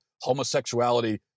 homosexuality